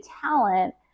talent